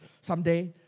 someday